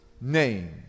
name